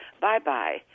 Bye-bye